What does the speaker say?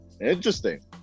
Interesting